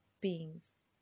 beings